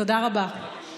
תודה רבה.